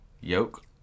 yoke